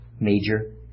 major